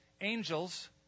angels